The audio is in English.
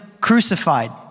crucified